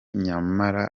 nyamara